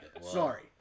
Sorry